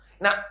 Now